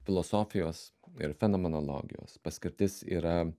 filosofijos ir fenomenologijos paskirtis yra